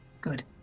Good